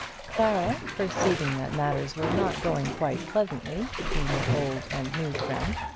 clara, perceiving that matters were not going quite pleasantly between her old and new friend,